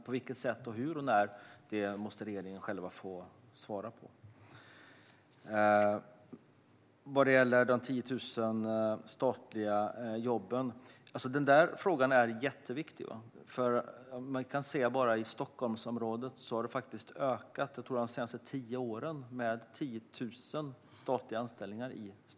På vilket sätt och när detta i så fall skulle ske måste dock regeringen själv få svara på. Frågan om de 10 000 statliga jobben är jätteviktig. Bara i Stockholmsområdet har antalet statliga anställningar de senaste tio åren, tror jag, ökat med 10 000.